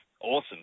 awesome